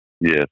Yes